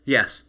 Yes